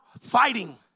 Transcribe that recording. fighting